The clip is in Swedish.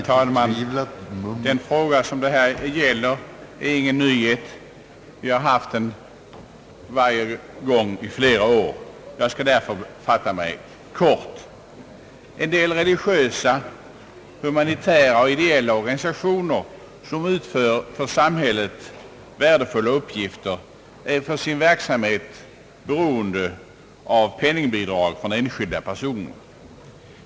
Herr talman! Den fråga som det här gäller är ingen nyhet. Vi har haft den uppe till behandling under flera år. Jag skall därför fatta mig kort. En del religiösa, humanitära och ideella organisationer som utför för samhället värdefulla uppgifter är för sin verksamhet beroende av penningbidrag från enskilda personer.